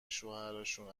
شوهراشون